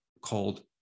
called